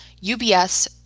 UBS